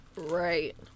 right